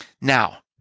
Now